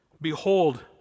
Behold